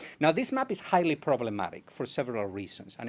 now this map is highly problematic for several reasons. and